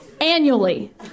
Annually